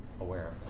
aware